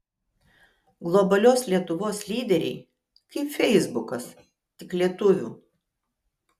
globalios lietuvos lyderiai kaip feisbukas tik lietuvių